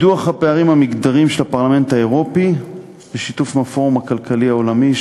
בדוח הפערים המגדריים של הפרלמנט האירופי בשיתוף הפורום הכלכלי העולמי,